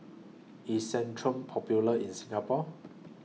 IS Centrum Popular in Singapore